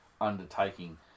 undertaking